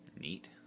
Neat